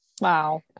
Wow